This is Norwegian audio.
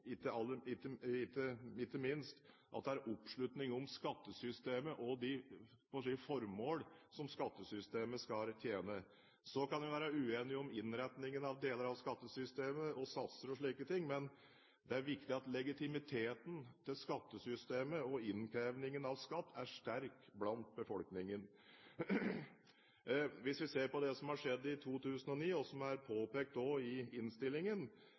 de, skal vi si, formål, som skattesystemet skal tjene. Så kan vi være uenige om innretningen av deler av skattesystemet og satser og slike ting, men det er viktig at legitimiteten til skattesystemet og innkrevingen av skatt er sterk blant befolkningen. Hvis vi ser på det som har skjedd i 2009, og som også er påpekt i innstillingen,